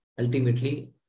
ultimately